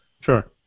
Sure